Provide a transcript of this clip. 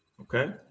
okay